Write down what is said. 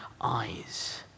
eyes